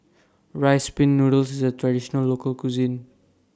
Rice Pin Noodles IS A Traditional Local Cuisine